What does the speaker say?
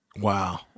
Wow